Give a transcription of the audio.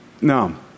No